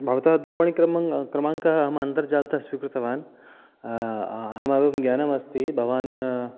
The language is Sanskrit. भवतः दूरवाणीक्रमाङ्कं क्रमाङ्कम् अहम् अन्तर्जालतः स्वीकृतवान् अहम् एवं ज्ञानम् अस्ति भवान्